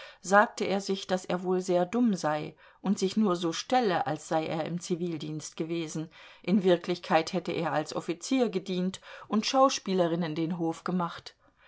sagte er sich daß er wohl sehr dumm sei und sich nur so stelle als sei er im zivildienst gewesen in wirklichkeit hätte er als offizier gedient und schauspielerinnen den hof gemacht